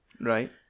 right